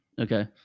Okay